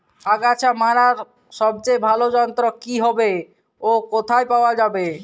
আগাছা মারার সবচেয়ে ভালো যন্ত্র কি হবে ও কোথায় পাওয়া যাবে?